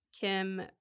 Kim